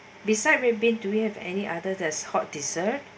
beside red bean do we have any other there's hot desert